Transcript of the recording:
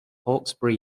hawkesbury